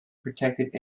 protected